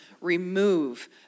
remove